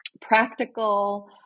practical